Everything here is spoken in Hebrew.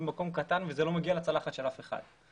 המקום הוא קטן וזה לא מגיע לצלחת של אף אחד.